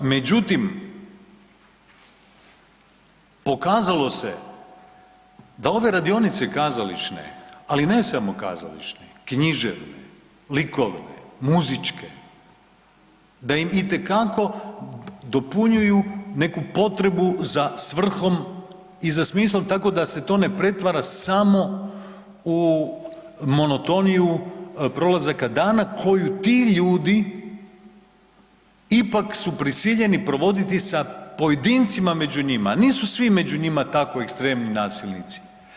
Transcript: Međutim, pokazalo se da ove radionice kazališne, ali ne samo kazališne, književne, likovne, muzičke, da im itekako dopunjuju neku potrebu za svrhom i za smislom tako da se to ne pretvara samo u monotoniju prolazaka dana koju ti ljudi ipak su prisiljeni provoditi sa pojedincima među njima, nisu svi među njima tako ekstremni nasilnici.